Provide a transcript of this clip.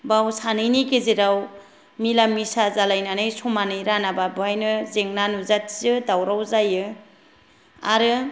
बाव सानैनि गेजेराव मिला मिसा जालायनानै समानै राना बा बेवहायनो जेंना नुजाथियो दावराव जायो आरो